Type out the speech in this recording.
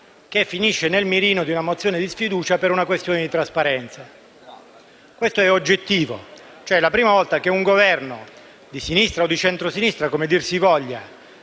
che finisce nel mirino di una mozione di sfiducia per una questione di trasparenza. Questo è oggettivo. È la prima volta che in Italia un Governo, di sinistra o di centrosinistra, che dir si voglia,